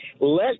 Let